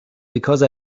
because